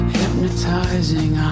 hypnotizing